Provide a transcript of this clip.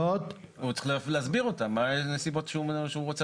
צריך להסביר את הנסיבות.